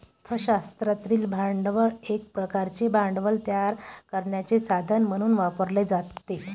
अर्थ शास्त्रातील भांडवल एक प्रकारचे भांडवल तयार करण्याचे साधन म्हणून वापरले जाते